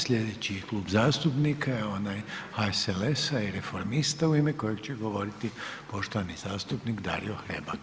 Sljedeći klub zastupnika je onaj HSLS-a i Reformista u ime kojeg će govoriti poštovani zastupnik Dario Hrebak.